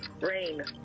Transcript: Rain